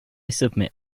submit